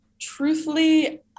Truthfully